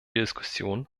diskussion